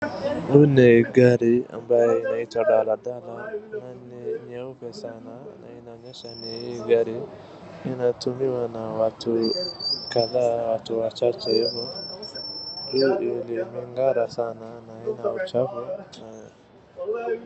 Kuna gari ambayo inaitwa daladala na ni nyeupe sana na inaonyesha hii gari inatumiwa na watu kadhaa, watu wachache hivo, limeng'ara sana na halina uchafu na.